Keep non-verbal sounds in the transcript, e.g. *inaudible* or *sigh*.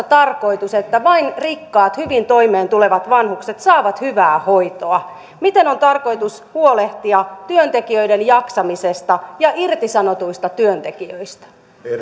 *unintelligible* tarkoitus että vain rikkaat hyvin toimeentulevat vanhukset saavat hyvää hoitoa miten on tarkoitus huolehtia työntekijöiden jaksamisesta ja irtisanotuista työntekijöistä